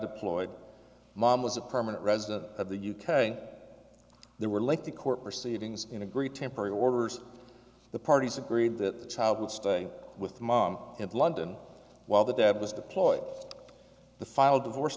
deployed mom was a permanent resident of the u k at there were like the court proceedings in agreed temporary orders the parties agreed that the child would stay with mom in london while the dad was deployed the filed divorce